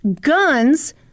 guns